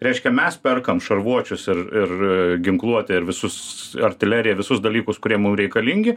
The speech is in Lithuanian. reiškia mes perkam šarvuočius ir ir ginkluotę ir visus artileriją visus dalykus kurie mum reikalingi